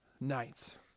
nights